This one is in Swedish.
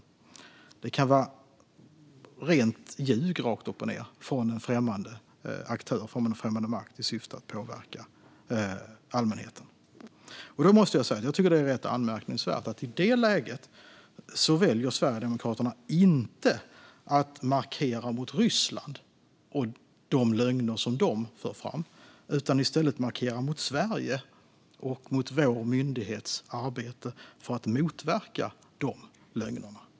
Och det kan vara rakt upp och ned rent ljug från en främmande aktör eller makt i syfte att påverka allmänheten. Jag tycker att det är rätt anmärkningsvärt att Sverigedemokraterna i det läget väljer att inte markera mot Ryssland och de lögner som ryssarna för fram. I stället markerar man mot Sverige och vår myndighets arbete för att motverka de lögnerna.